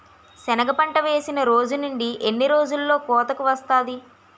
సెనగ పంట వేసిన రోజు నుండి ఎన్ని రోజుల్లో కోతకు వస్తాది?